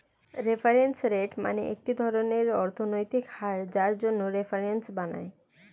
reference rate মানে একটি ধরনের অর্থনৈতিক হার যার জন্য রেফারেন্স বানায়